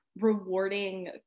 rewarding